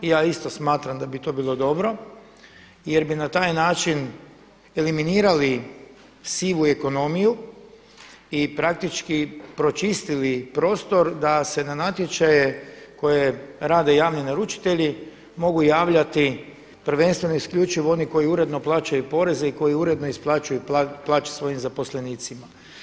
Ja isto smatram da bi to bilo dobro, jer bi na taj način eliminirali sivu ekonomiju i praktički pročistili prostor da se na natječaje koje rade javni naručitelji mogu javljati prvenstveno i isključivo oni koji uredno plaćaju poreze i koji uredno isplaćuju plaće svojim zaposlenicima.